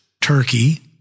Turkey